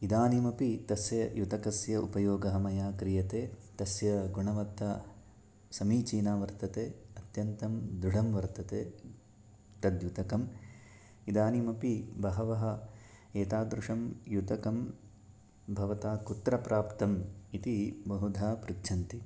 इदानीमपि तस्य युतकस्य उपयोगः मया क्रियते तस्य गुणवत्ता समीचीना वर्तते अत्यन्तं दृढं वर्तते तद्युतकम् इदानीमपि बहवः एतादृशं युतकं भवता कुत्र प्राप्तम् इति बहुधा पृच्छन्ति